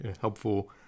helpful